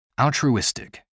Altruistic